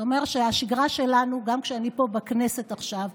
זה אומר שהשגרה שלנו, גם כשאני פה בכנסת עכשיו,